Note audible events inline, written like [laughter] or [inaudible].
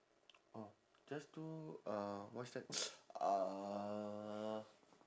oh just do uh what's that [noise] uh